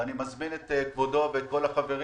ואני מזמין את כבודו ואת כל החברים,